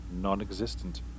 non-existent